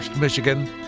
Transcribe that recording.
Michigan